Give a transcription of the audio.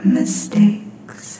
mistakes